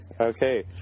Okay